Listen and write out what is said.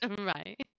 right